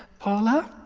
paula